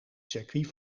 circuit